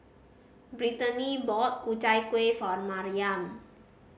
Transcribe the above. Britany bought Ku Chai Kueh for Maryam